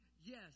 Yes